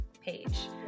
page